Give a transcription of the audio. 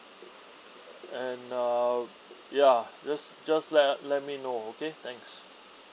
and uh ya just just let u~ let me know okay thanks